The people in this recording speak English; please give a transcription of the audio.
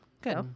Good